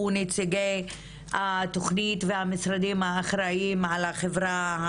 נציגי התוכנית והמשרדים האחראיים על החברה,